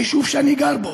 היישוב שאני גר בו,